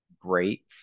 great